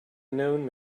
known